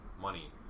money